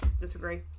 Disagree